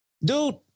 dude